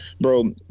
bro